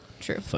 True